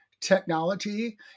technology